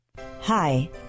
Hi